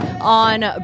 on